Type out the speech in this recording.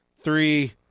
three